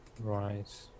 Right